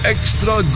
Extra